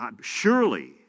surely